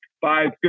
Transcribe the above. five